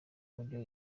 uburyo